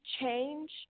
change